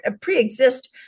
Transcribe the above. pre-exist